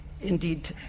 indeed